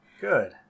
Good